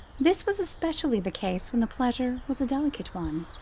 this was especially the case when the pleasure was a delicate one,